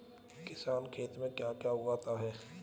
किसान खेत में क्या क्या उगाता है?